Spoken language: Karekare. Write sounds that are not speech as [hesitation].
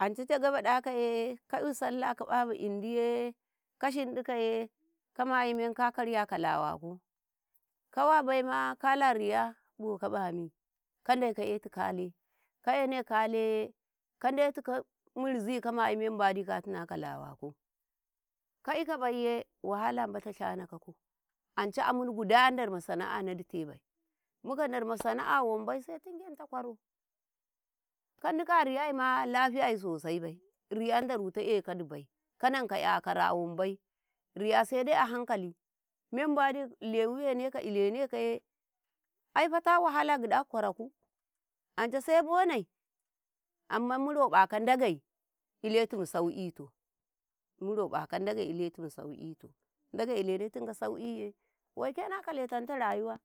﻿Anca Njaga baɗakaye ka'yu sallah ka ƃaka indiye ka shinɗikaye ka mayi men ka karya kalawako kawa baima kala riya boka ƃami kadai ka etu kale, ka ene kale kadetu ka [hesitation] mirzi kamayi mendi katuna ka lawa ka ikabaiye wahala ƃata shana kau anca aminna guda darma sana'a na ditaibai muka darma sana'a wanbai sai tingenta kwaro ka dika ariyaima lafiyay sosaibai riya darutau ekadibai kananka 'yakara wambai riya saidai a hankali membadi lewu wenekau elenekaye, ai fata wahala Ngidaka kwaraku anca sai bonai ammam muroƃaka Ndagei iletum saukitoh murobaka Ndage iletum saukito Ndagei ilenetum ka saukiye waike na kala tanta rayuwa